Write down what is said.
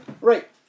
Right